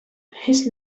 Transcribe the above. his